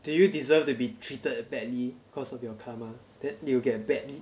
do you deserve to be treated badly cause of your karma then you will get bad meat